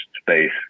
space